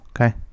Okay